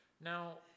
Now